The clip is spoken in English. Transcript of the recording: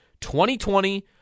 2020